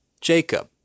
Jacob